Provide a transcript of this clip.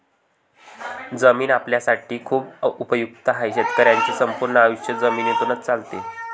जमीन आपल्यासाठी खूप उपयुक्त आहे, शेतकऱ्यांचे संपूर्ण आयुष्य जमिनीतूनच चालते